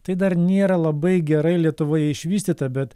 tai dar nėra labai gerai lietuvoje išvystyta bet